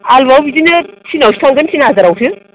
आलुवाबो बिदिनो थिनावसो थांगोन थिन हाजारावसो